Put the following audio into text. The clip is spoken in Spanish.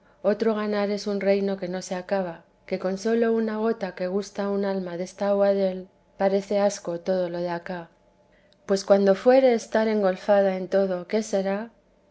otro ganar es un reino que no se acaba que con sólo una gota que gusta un alma desta agua del parece asco todo lo de acá pues cuando fuere teresa de jes estar engolfada en todo qué será